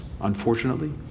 unfortunately